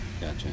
Gotcha